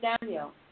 Daniel